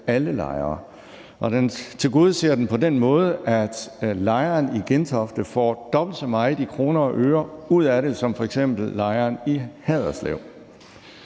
alle lejere, og den tilgodeser dem på den måde, at lejeren i Gentofte får dobbelt så meget ud af det i kroner og øre som f.eks. lejeren i Haderslev.